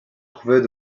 trouvaient